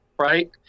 right